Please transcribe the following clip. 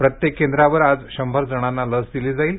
प्रत्येक केंद्रावर आज शंभर जणांना लस दिली जाणार आहे